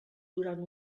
durant